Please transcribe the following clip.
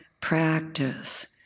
practice